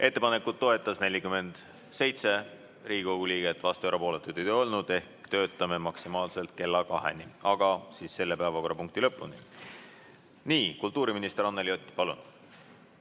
Ettepanekut toetas 47 Riigikogu liiget, vastuolijaid ega erapooletuid ei olnud. Ehk töötame maksimaalselt kella kaheni, aga selle päevakorrapunkti lõpuni. Nii. Kultuuriminister Anneli Ott, palun!